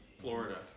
Florida